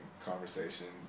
conversations